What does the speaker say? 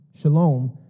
shalom